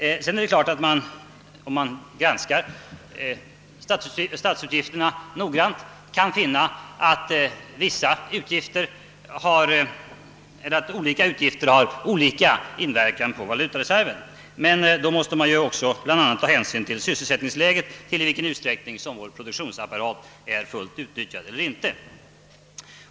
Sedan är det klart att om man granskar statsutgifterna noggrant, så kan man finna att olika utgifter har olika inverkan på valutareserven. Men då måste man också bl.a. ta hänsyn till sysselsättningsläget, alltså i vilken utsträckning vår produktionsapparat är fullt utnyttjad eller inte.